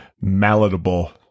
malleable